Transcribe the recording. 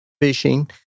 fishing